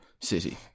City